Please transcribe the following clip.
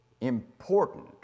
important